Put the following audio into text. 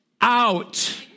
out